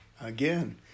Again